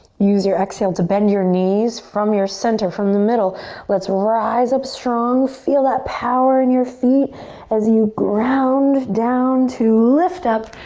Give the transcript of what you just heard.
use your exhale to bend your knees. from your center, from the middle let's rise up strong. feel that power in your feet as you ground down to lift up,